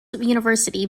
university